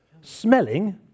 smelling